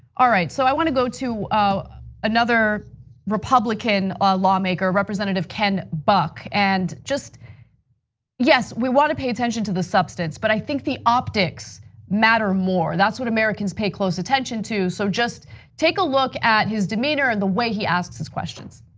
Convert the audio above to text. all right, so i wanna go to another republican ah lawmaker, representative ken buck. and just yes, we wanna pay attention to the substance but i think the optics matter more. that's what americans pay close attention to. so just take a look at his demeanor the way he asked his question.